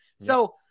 So-